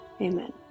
Amen